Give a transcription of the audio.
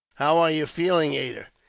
how are you feeling, ada?